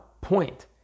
point